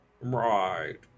Right